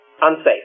unsafe